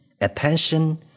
attention